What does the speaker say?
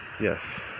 yes